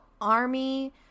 army